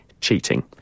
cheating